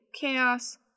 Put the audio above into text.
chaos